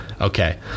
Okay